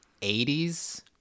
80s